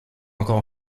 encore